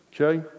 okay